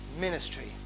ministry